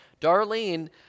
Darlene